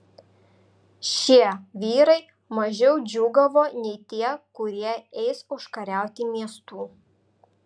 šie vyrai mažiau džiūgavo nei tie kurie eis užkariauti miestų